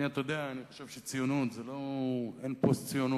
אתה יודע, אני חושב שאין פוסט-ציונות